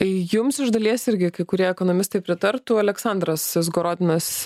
jums iš dalies irgi kai kurie ekonomistai pritartų aleksandras izgorodinas